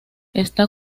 está